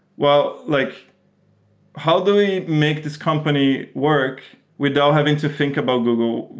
well, like how do we make this company work without having to think about google?